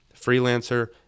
freelancer